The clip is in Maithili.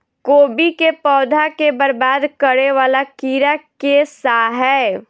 कोबी केँ पौधा केँ बरबाद करे वला कीड़ा केँ सा है?